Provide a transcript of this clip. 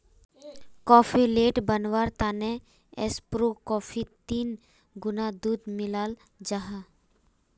cafe latte बनवार तने espresso कोफ्फीत तीन गुणा दूध मिलाल जाहा